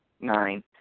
Nine